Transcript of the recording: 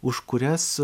už kurias